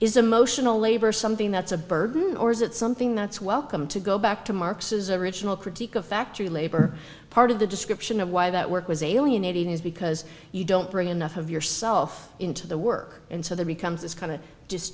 is emotional labor something that's a burden or is it something that's welcome to go back to marxism original critique of factory labor part of the description of why that work was alienating is because you don't bring enough of yourself into the work and so there becomes this kind